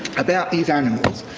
about these animals.